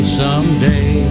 someday